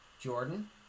Jordan